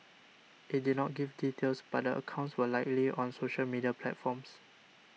it did not give details but a accounts were likely on social media platforms